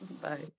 Bye